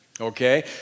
okay